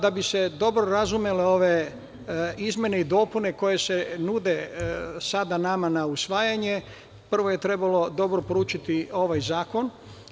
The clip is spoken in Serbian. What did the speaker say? Da bi se dobro razumele ove izmene i dopune koje se nude sada nama na usvajanje, prvo je trebalo dobro proučiti ovaj zakon.